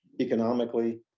Economically